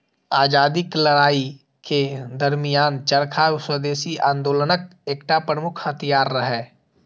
आजादीक लड़ाइ के दरमियान चरखा स्वदेशी आंदोलनक एकटा प्रमुख हथियार रहै